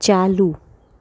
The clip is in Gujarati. ચાલુ